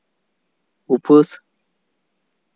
ᱩᱯᱟᱹᱥ